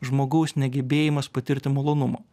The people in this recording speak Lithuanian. žmogaus negebėjimas patirti malonumo